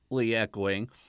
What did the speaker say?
echoing